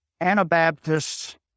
Anabaptists